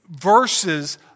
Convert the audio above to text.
verses